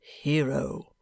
hero